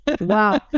Wow